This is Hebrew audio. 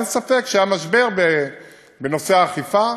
אין ספק שהיה משבר בנושא האכיפה,